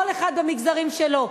כל אחד במגזרים שלו.